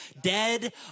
dead